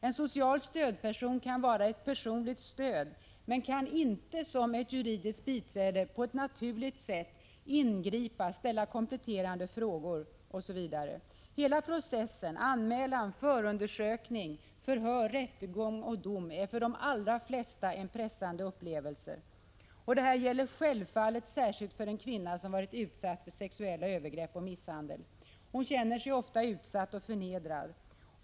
En social stödperson kan vara till personlig hjälp men kan inte som ett juridiskt biträde på ett naturligt sätt ingripa, ställa kompletterande frågor, osv. Hela processen — anmälan, förundersökning, förhör, rättegång och dom — är för de allra flesta en pressande upplevelse. Detta gäller självfallet särskilt för en kvinna som utsatts för sexuella övergrepp och misshandel. Hon känner sig ofta utsatt och förnedrad.